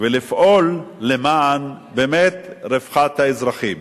ולפעול למען באמת רווחת האזרחים.